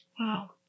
Wow